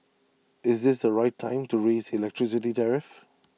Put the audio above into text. is this the right time to raise the electricity tariff